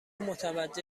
متوجه